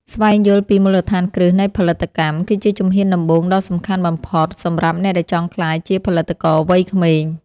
ស្វែងយល់ពីមូលដ្ឋានគ្រឹះនៃផលិតកម្មគឺជាជំហានដំបូងដ៏សំខាន់បំផុតសម្រាប់អ្នកដែលចង់ក្លាយជាផលិតករវ័យក្មេង។